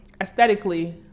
aesthetically